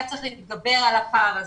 היה צורך להתגבר על הפער הזה.